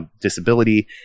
disability